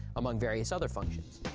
among various other functions.